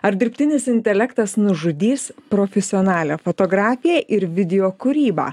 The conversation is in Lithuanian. ar dirbtinis intelektas nužudys profesionalią fotografiją ir video kūrybą